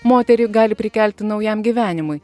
moterį gali prikelti naujam gyvenimui